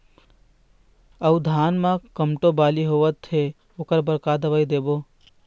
अऊ धान म कोमटो बाली आवत हे ओकर बर का दवई देबो?